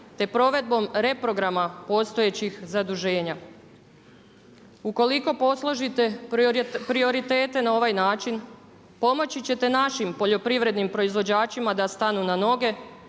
te provedbom reprograma postojećih zaduženja. Ukoliko posložite prioritete na ovaj način pomoći ćete našim poljoprivrednim proizvođačima da stanu na noge,